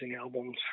albums